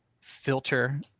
filter